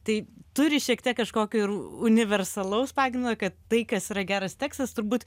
tai turi šiek tiek kažkokio ir universalaus pagrindo kad tai kas yra geras tekstas turbūt